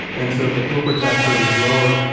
and so if the corporate tax rate is lower,